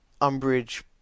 Umbridge